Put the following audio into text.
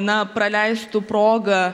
na praleistų progą